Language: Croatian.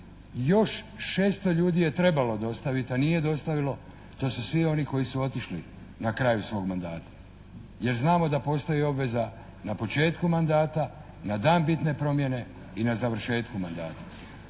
još 600 ljudi je trebalo dostaviti, a nije dostavilo. To su svi oni koji su otišli na kraju svog mandata. Jer znamo da postoji obveza na početku mandata, na dan bitne promjene i na završetku mandata.